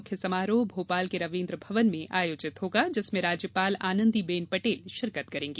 मुख्य समारोह भोपाल के रवीन्द्र भवन में आयोजित होगा जिसमें राज्यपाल आनंदीबेन पटेल शिरकत करेंगी